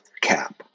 cap